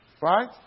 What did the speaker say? Right